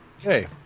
Okay